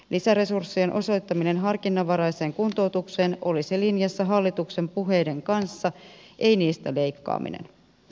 lisäresurssien osoittaminen harkinnanvaraiseen kuntoutukseen olisi linjassa hallituksen puheiden kanssa ei niistä leikkaaminen